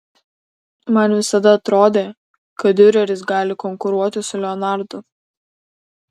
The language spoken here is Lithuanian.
man visada atrodė kad diureris gali konkuruoti su leonardu